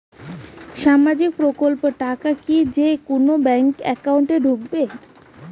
সামাজিক প্রকল্পের টাকা কি যে কুনো ব্যাংক একাউন্টে ঢুকে?